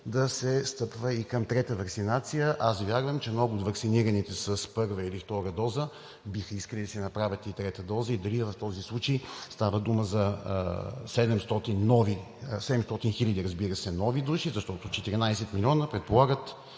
да се пристъпи и към трета ваксинация? Аз вярвам, че много от ваксинираните с първа или втора доза биха искали да си направят и трета доза. Дали в този случай става дума за 700 хиляди нови души, защото 14 милиона предполагат